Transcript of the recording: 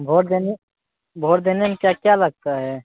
vote देने भोट देने मे क्या क्या लगता है